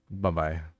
bye-bye